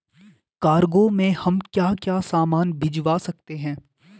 Cargo में हम क्या क्या सामान भिजवा सकते हैं?